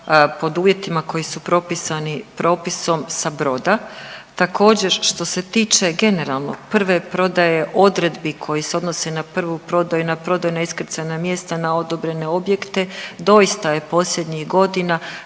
pod uvjetima koji su propisani propisom sa broda. Također što se tiče generalno prve prodaje odredbi koji se odnose na prvu prodaju, na prodaju na iskrcajna mjesta, na odobrene objekte doista je posljednjih godina,